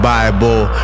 Bible